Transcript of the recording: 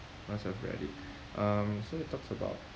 must have read it um so it talks about